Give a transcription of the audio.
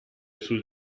sul